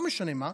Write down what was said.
לא משנה מה,